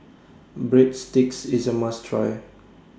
Breadsticks IS A must Try